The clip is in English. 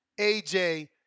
AJ